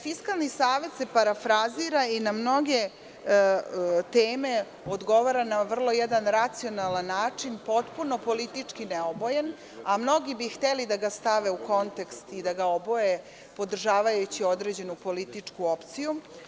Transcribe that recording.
Fiskalni savet se parafrazira i na mnoge teme odgovara na vrlo racionalan način, potpuno politički neobojen, a mnogi bi hteli da ga stave u kontekst i da ga oboje, podržavajući određenu političku opciju.